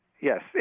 yes